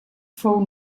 fou